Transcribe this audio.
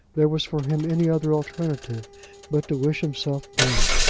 there was for him any other alternative but to wish himself dead?